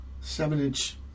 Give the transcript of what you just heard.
seven-inch